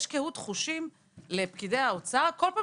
שיש איזו קהות חושים לפקידי האוצר כל פעם